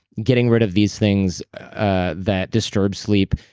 getting rid of these things ah that disturb sleep,